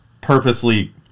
purposely